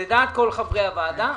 ולדעת כל חברי הוועדה,